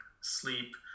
sleep